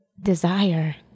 desire